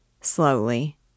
Slowly